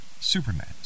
Superman